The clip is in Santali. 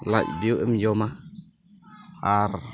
ᱞᱟᱡᱽ ᱵᱤᱭᱚᱜ ᱮᱢ ᱡᱚᱢᱟ ᱟᱨ